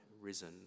risen